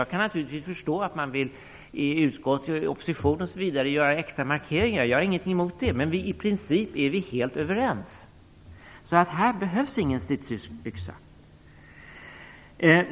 Jag kan naturligtvis förstå att man i opposition vill göra en extra markering, jag har inget emot det, men i princip är vi helt överens. Här behövs ingen stridsyxa.